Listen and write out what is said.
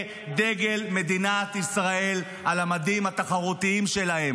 דגל מדינת ישראל על המדים התחרותיים שלה.